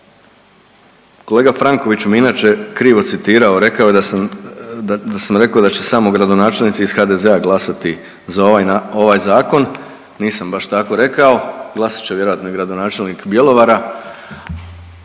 kolega Franković me inače krivo citirao rekao je da sam, da sam rekao da će samo gradonačelnici iz HDZ-a glasati za ovaj zakon, nisam baš tako rekao, glasat će vjerojatno i gradonačelnik Bjelovara.